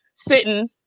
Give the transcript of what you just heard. sitting